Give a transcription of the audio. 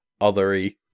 othery